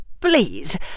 Please